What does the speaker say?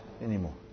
anymore